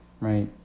right